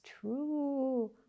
true